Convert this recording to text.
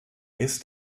ist